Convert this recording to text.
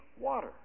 water